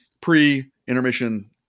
pre-intermission